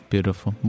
Beautiful